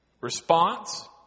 Response